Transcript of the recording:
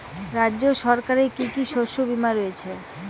রাজ্য সরকারের কি কি শস্য বিমা রয়েছে?